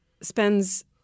spends